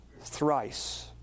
thrice